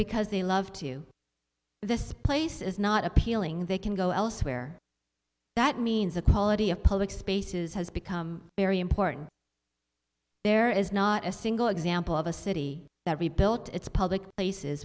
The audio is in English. because they love to this place is not appealing they can go elsewhere that means the quality of public spaces has become very important there is not a single example of a city that rebuilt its public places